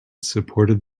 supported